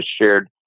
shared